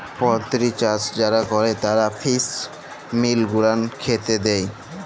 poultry চাষ যারা ক্যরে তারা ফিস মিল গুলান খ্যাতে দেই